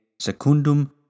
secundum